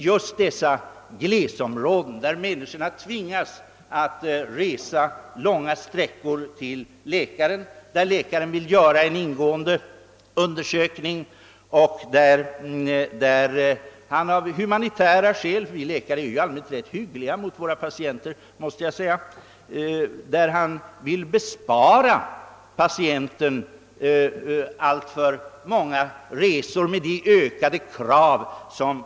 Just i glesbygdsområdena är nämligen människorna tvungna att resa långa sträckor för att komma till läkare, och läkaren vill av humanitära skäl — vi läkare är i allmänhet ganska hyggliga mot våra patienter — bespara patienten de långa resor som skulle bli följden av en ingående «undersökning.